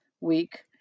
week